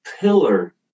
pillar